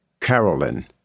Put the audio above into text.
Carolyn